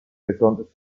besonders